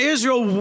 Israel